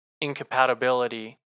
incompatibility